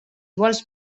vols